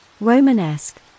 Romanesque